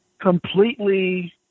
completely